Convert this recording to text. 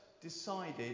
decided